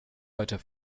weiter